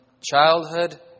childhood